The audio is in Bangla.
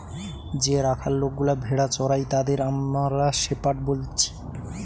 যে রাখাল লোকগুলা ভেড়া চোরাই তাদের আমরা শেপার্ড বলছি